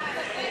זכויות נכים